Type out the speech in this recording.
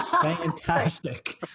fantastic